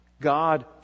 God